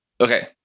Okay